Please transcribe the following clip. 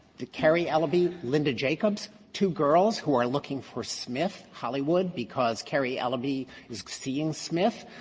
the carrie eleby, linda jacobs, two girls who are looking for smith hollywood because carrie eleby is seeing smith,